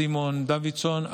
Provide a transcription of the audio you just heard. סימון דוידסון,